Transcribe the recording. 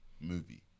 movie